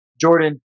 Jordan